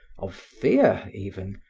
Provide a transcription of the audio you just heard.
of fear even,